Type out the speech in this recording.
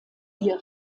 ihr